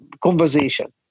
conversation